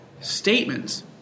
statements